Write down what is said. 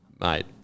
mate